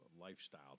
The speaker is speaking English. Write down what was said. lifestyle